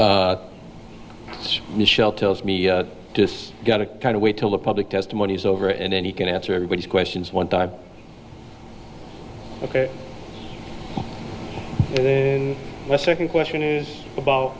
michelle tells me this got to kind of wait till the public testimony is over and then he can answer everybody's questions one time ok then the second question is about